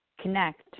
connect